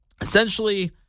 essentially